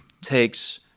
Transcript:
takes